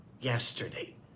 yesterday